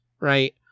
Right